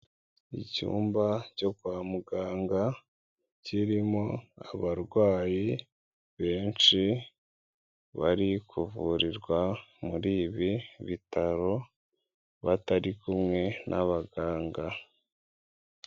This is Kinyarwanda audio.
Icyumba cyo kwa muganga kirimo abarwayi benshi bari kuvurirwa muri ibi bitaro batari kumwe n'abaganga